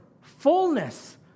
fullness